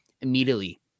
immediately